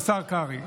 השר קרעי,